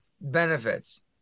benefits